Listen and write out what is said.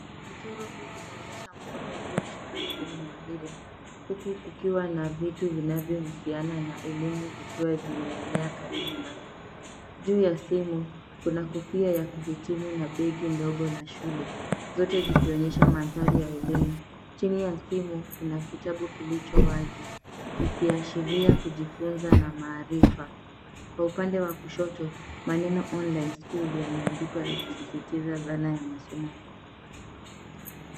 Mchoro huu unaonyesha mkono ulioshika simu mahiri, huku kukiwa na vitu vinavyohusiana na elimu vikiwa vimelea karibu na hivyo. Juu ya simu, kuna kofia ya kuhitimu na begi ndogo la shule. Zote zikionyesha manthari ya elimu. Chini ya simu kuna kitabu kilicho wazi. Kikiashiria kujifunza na maarifa. Kwa upande wa kushoto, maneno online school yameandikwa yakisisitiza dhana ya masomo.